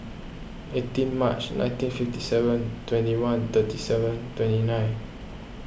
eighteen March nineteen fifty seven twenty one thirty seven twenty nine